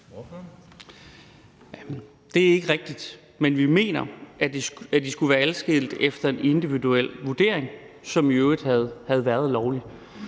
Det er ikke rigtigt, men vi mener, at de skulle være adskilt efter en individuel vurdering, hvad der i øvrigt havde været lovligt.